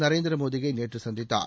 நரேந்திர மோதியை நேற்று சந்தித்தார்